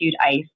ice